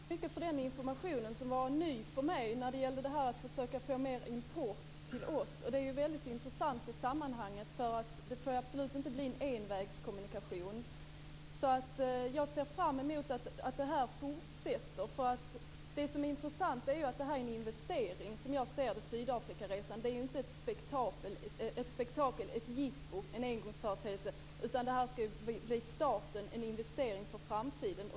Herr talman! Jag tackar för den informationen, som var ny för mig när det gäller det här att försöka få mer import till oss. Det är väldigt intressant i sammanhanget, för det får absolut inte bli en envägskommunikation. Jag ser fram emot att det här fortsätter. Det som är intressant är att Sydafrikaresan ju är en investering, som jag ser det. Det är inte ett spektakel, ett jippo, en engångsföreteelse, utan det här ska bli starten, en investering för framtiden.